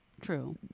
True